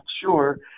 sure